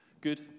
Good